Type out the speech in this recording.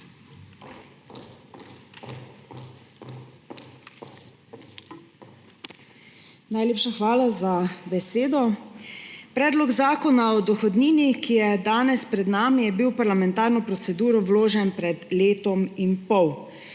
Najlepša hvala za besedo. Predlog zakona o dohodnini, ki je danes pred nami, je bil v parlamentarno proceduro vložen pred letom in pol.